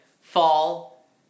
fall